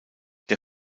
der